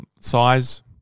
size